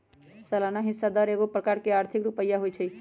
सलाना हिस्सा दर एगो प्रकार के आर्थिक रुपइया होइ छइ